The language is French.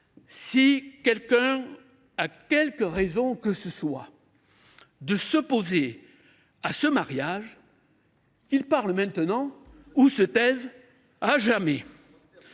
si quelqu’un a quelque raison que ce soit de s’opposer à ce mariage, qu’il parle maintenant ou se taise à jamais